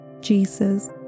Jesus